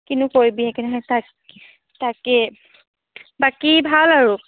কিনো কৰিবি একেৰাহে থাক তাকে বাকী ভাল আৰু